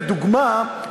לדוגמה,